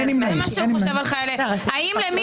נפל.